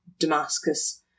Damascus